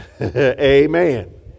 Amen